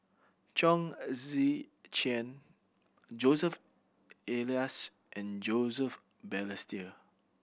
Chong Tze Chien Joseph Elias and Joseph Balestier